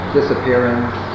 disappearance